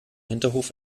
hinterhof